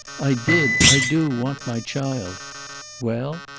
i did, i do, want my child well?